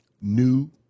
new